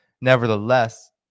nevertheless